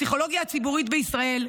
הפסיכולוגיה הציבורית בישראל,